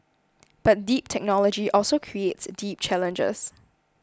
but deep technology also creates deep challenges